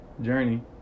journey